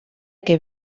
que